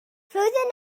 flwyddyn